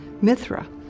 Mithra